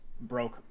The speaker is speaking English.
broke